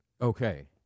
Okay